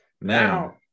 now